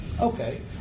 Okay